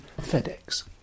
FedEx